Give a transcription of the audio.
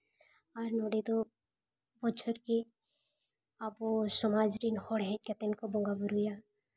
ᱟᱨ ᱱᱚᱰᱮ ᱫᱚ ᱵᱚᱪᱷᱚᱨ ᱜᱮ ᱟᱵᱚ ᱥᱚᱢᱟᱡᱽ ᱨᱮᱱ ᱦᱚᱲ ᱦᱮᱡ ᱠᱟᱛᱮ ᱠᱚ ᱵᱚᱸᱜᱟ ᱵᱳᱨᱳᱭᱟ